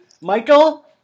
Michael